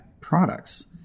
products